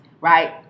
Right